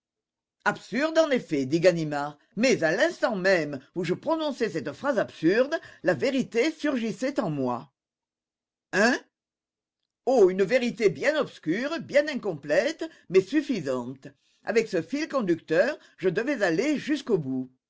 absurde en effet dit ganimard mais à l'instant même où je prononçais cette phrase absurde la vérité surgissait en moi hein oh une vérité bien obscure bien incomplète mais suffisante avec ce fil conducteur je devais aller jusqu'au bout